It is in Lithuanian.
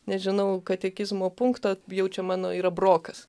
nežinau katekizmo punkto jau čia mano yra brokas